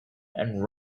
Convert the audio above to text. and